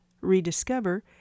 rediscover